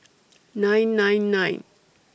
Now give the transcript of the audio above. nine nine nine